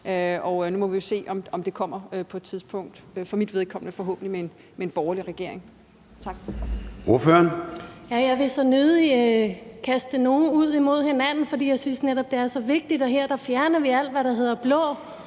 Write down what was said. nu må vi se, om det kommer på et tidspunkt – for mit vedkommende forhåbentlig med en borgerlig regering.